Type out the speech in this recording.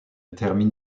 termine